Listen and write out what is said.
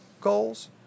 goals